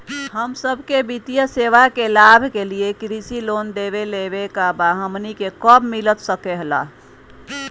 हम सबके वित्तीय सेवाएं के लाभ के लिए कृषि लोन देवे लेवे का बा, हमनी के कब मिलता सके ला?